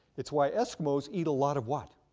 its why eskimos eat a lot of what?